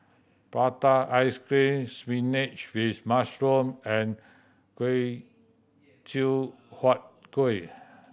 prata ice cream spinach with mushroom and chew Huat Kueh